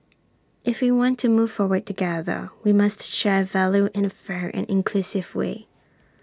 if we want to move forward together we must share value in A fair and inclusive way